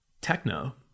techno